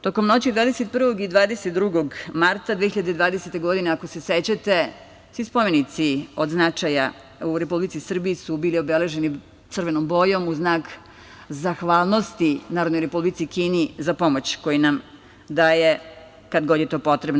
Tokom noći 21. i 22. marta 2020. godine, ako se sećate, svi spomenici od značaja u Republici Srbiji su bili obeleženi crvenom bojom u znak zahvalnosti Narodnoj Republici Kini za pomoć koju nam daje kad god je to potrebno.